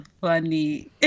funny